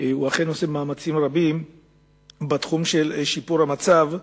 הוא אכן עושה מאמצים רבים לשיפור המצב,